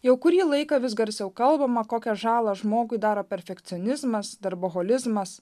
jau kurį laiką vis garsiau kalbama kokią žalą žmogui daro perfekcionizmas darboholizmas